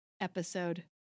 episode